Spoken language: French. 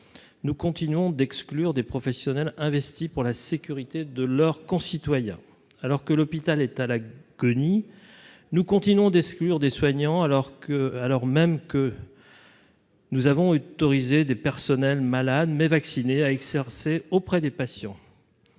nous continuons d'exclure des professionnels investi pour la sécurité de leurs concitoyens, alors que l'hôpital est la queue ni nous continuons d'exclure des soignants alors que, alors même que. Nous avons été autorisé des personnels malades mais à exercer auprès des patients,